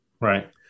Right